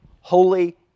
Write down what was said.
holy